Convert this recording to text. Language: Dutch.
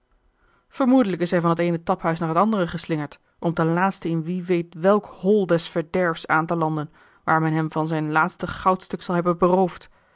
vermoedelijk is hij van t eene taphuis naar het andere geslingerd om ten laatste in wie weet welk hol des verderfs aan te landen waar men hem van zijn laatste goudstuk zal hebben beroofd